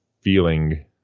feeling